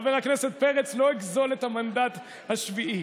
חבר הכנסת פרץ, לא אגזול את המנדט השביעי.